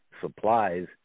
supplies